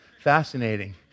fascinating